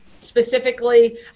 Specifically